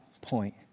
point